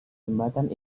jembatan